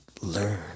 learn